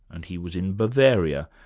and he was in bavaria,